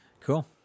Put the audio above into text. Cool